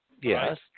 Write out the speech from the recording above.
Yes